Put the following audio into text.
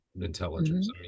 intelligence